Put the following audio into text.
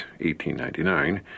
1899